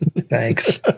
Thanks